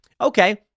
Okay